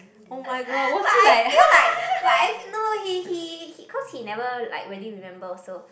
but I feel like but I feel no he he he cause he never like really remember also